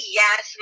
yes